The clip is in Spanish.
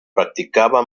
practicaba